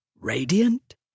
radiant